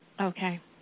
Okay